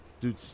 Dude